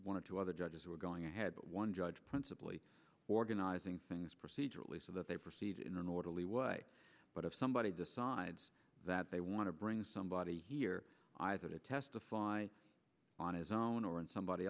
one or two other judges who are going ahead but one judge principally organizing things procedurally so that they proceed in an orderly way but if somebody decides that they want to bring somebody here either to testify on his own or in somebody